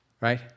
right